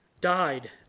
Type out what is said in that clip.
died